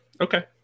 Okay